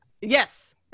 yes